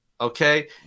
okay